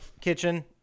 kitchen